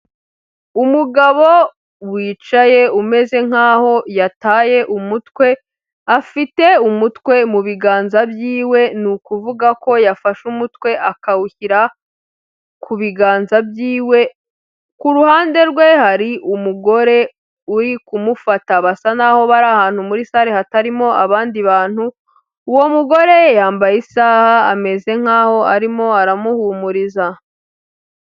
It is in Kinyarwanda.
Umugabo wicaye umeze nk'aho yataye umutwe, afite umutwe mu biganza by'iwe, ni ukuvuga ko yafashe umutwe akawushyira ku biganza by'iwe, ku ruhande rwe hari umugore uri kumufata, basa naho bari ahantu muri sale hatarimo abandi bantu, uwo mugore yambaye isaha ameze nk'aho arimo aramuhumuriza.